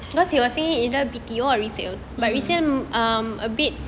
mm